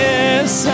Yes